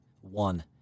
one